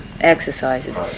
exercises